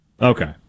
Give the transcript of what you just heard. Okay